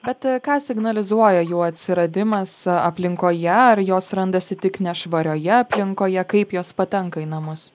bet ką signalizuoja jų atsiradimas aplinkoje ar jos randasi tik nešvarioje aplinkoje kaip jos patenka į namus